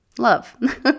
love